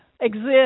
exist